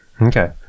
Okay